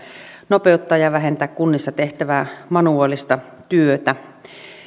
nopeuttaa ja vähentää kunnissa tehtävää manuaalista työtä